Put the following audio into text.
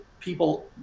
People